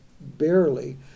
barely